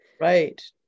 right